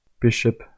Bishop